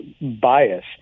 bias